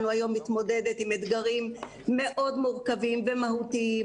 מתמודדת עם אתגרים מאוד מורכבים ומהותיים,